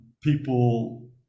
people